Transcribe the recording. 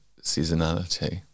seasonality